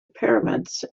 pyramids